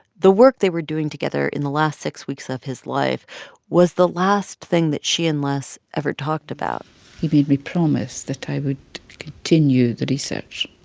the work they were doing together in the last six weeks of his life was the last thing that she and les ever talked about he made me promise that i would continue the research.